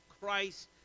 Christ